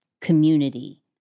community